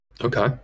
Okay